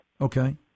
Okay